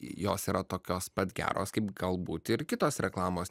jos yra tokios pat geros kaip galbūt ir kitos reklamos